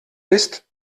bist